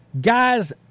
Guys